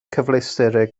cyfleusterau